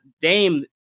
Dame